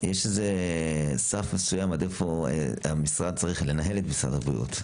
יש איזה סף מסוים עד איפה המשרד שלכם צריך לנהל את משרד הבריאות.